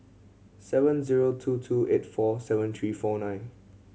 seven zero two two eight four seven three four nine